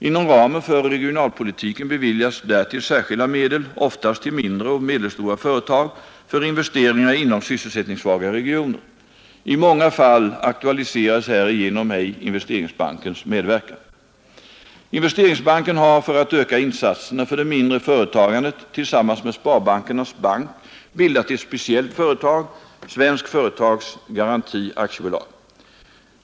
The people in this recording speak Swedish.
Inom ramen för regionalpolitiken beviljas därtill särskilda medel, oftast till mindre och medelstora företag, för investeringar inom sysselsättningssvaga regioner. I många fall aktualiseras härigenom ej Investeringsbankens medverkan. Investeringsbanken har för att öka insatserna för det mindre företa gandet tillsammans med Sparbankernas bank bildat ett speciellt företag, Svensk företags garanti AB.